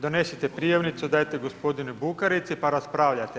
Donesete prijavnicu, dajte gospodinu Bukarici, pa raspravljajte.